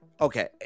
Okay